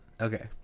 Okay